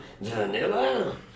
vanilla